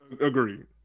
Agreed